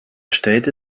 stellte